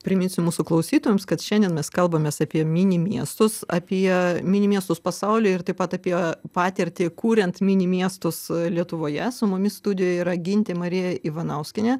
priminsiu mūsų klausytojams kad šiandien mes kalbamės apie mini miestus apie mini miestus pasaulį ir taip pat apie patirtį kuriant mini miestus lietuvoje su mumis studijoje yra gintė marija ivanauskienė